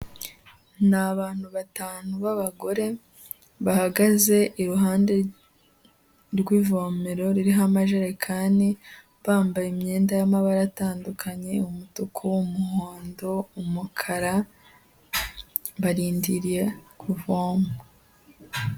Ni abantu batanu b'abagore bahagaze iruhande rw'ivomero ririho amajerekani, bambaye imyenda y'amabara atandukanye, umutuku, umuhondo, umukara, barindiriye kuvoma.